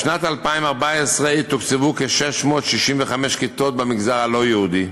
בשנת 2014 תוקצבו כ-665 כיתות במגזר הלא-יהודי,